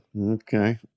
Okay